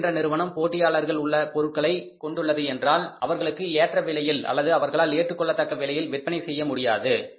செய்ல் என்ற நிறுவனம் போட்டியாளர்கள் உள்ள பொருட்களை கொண்டுள்ளது என்றால் அவர்களுக்கு ஏற்ற விலையில் அல்லது அவர்களால் ஏற்றுக் கொள்ளத்தக்க விலையில் விற்பனை செய்ய முடியாது